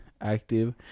active